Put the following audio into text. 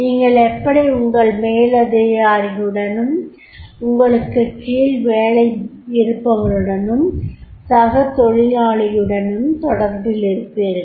நீங்கள் எப்படி உங்கள் மேலதிகாரியுடனும் உங்களுக்குக் கீழ்வேலையிலிருப்பவருடனும் சக தொழிலாளியுடனும் தொடர்பிலிருப்பீர்கள்